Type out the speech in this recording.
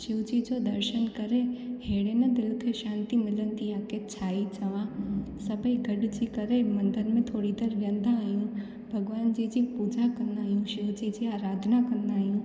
शिवजी जो दर्शन करे अहिड़े न दिलि ते शांति मिलंदी आहे की छा ई चवा सभेई गॾु थी करे मंदर में थोरी देरि विहंदा आहियूं भॻवान जी जी पूॼा कंदा आहियूं शिवजी जी आराधना कंदा आहियूं